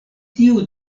tiu